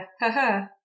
haha